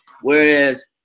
Whereas